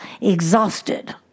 exhausted